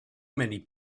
many